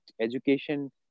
education